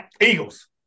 Eagles